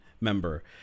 member